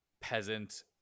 peasant